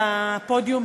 לפודיום,